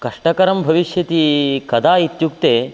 कष्टकरं भविष्यति कदा इत्युक्ते